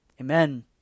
amen